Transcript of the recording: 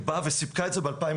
באה וסיפקה את זה ב-2021.